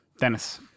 Dennis